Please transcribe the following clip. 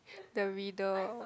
the riddle